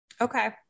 okay